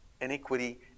iniquity